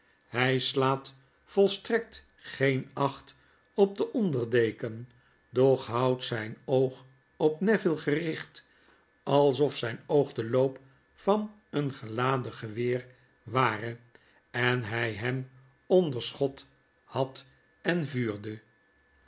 hy slaat volstrekt geen acht op den onder deken doch houdt zyn oog op neville gericht alsof zyn oog de loop van een geladen geweer ware en hy hem onder schot had en vuurde